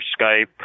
Skype